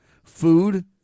Food